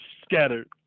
scattered